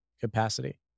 capacity